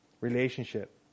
relationship